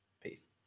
Peace